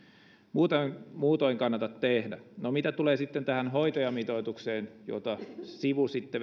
muutoin kannata tehdä mitä tulee sitten tähän hoitajamitoitukseen jota sivusitte